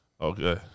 Okay